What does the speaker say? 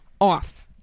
off